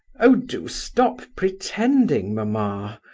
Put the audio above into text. oh, do stop pretending, mamma,